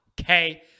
okay